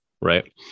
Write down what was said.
Right